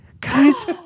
Guys